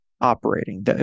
operating